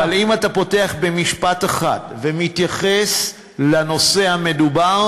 אבל אם אתה פותח במשפט אחד ומתייחס לנושא המדובר,